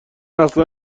اصلا